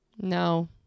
no